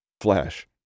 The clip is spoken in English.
Flash